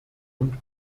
und